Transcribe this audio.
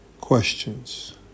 questions